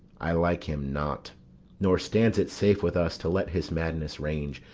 i like him not nor stands it safe with us to let his madness range.